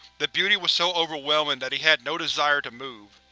the beauty was so overwhelming that he had no desire to move.